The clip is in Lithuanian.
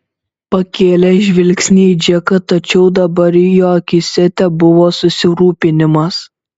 pakėlė žvilgsnį į džeką tačiau dabar jo akyse tebuvo susirūpinimas